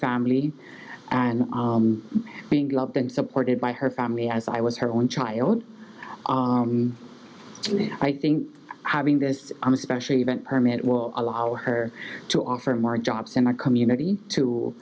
family and being loved and supported by her family as i was her own child and i think having this on especially event permit will allow her to offer more jobs in our community t